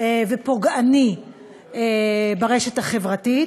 ופוגעני ברשת החברתית.